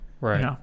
right